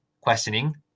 questioning